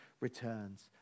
returns